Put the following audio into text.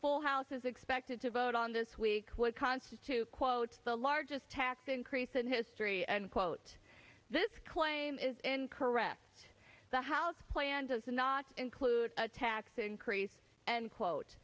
full house is expected to vote on this week would constitute quote the largest tax increase in history and quote this claim is incorrect the house plan does not include a tax increase and quote